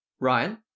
Ryan